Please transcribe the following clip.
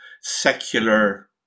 secular